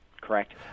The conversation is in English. Correct